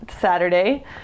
Saturday